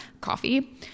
coffee